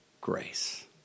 Grace